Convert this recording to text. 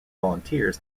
volunteers